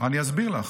אני אסביר לך.